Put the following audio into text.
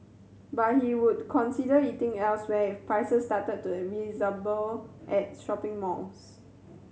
but he would consider eating elsewhere if prices started to resemble at shopping malls